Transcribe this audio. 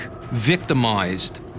victimized